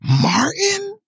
Martin